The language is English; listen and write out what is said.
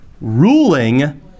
Ruling